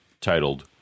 titled